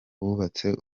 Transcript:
bubatse